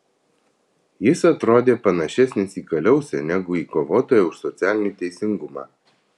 jis atrodė panašesnis į kaliausę negu į kovotoją už socialinį teisingumą